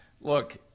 look